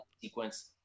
sequence